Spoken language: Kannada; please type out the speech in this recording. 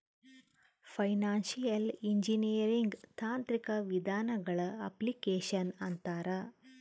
ಫೈನಾನ್ಶಿಯಲ್ ಇಂಜಿನಿಯರಿಂಗ್ ತಾಂತ್ರಿಕ ವಿಧಾನಗಳ ಅಪ್ಲಿಕೇಶನ್ ಅಂತಾರ